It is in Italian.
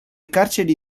carceri